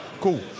cool